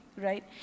Right